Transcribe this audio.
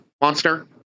monster